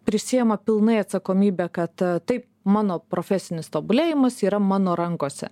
prisiima pilnai atsakomybę kad tai mano profesinis tobulėjimas yra mano rankose